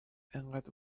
انقد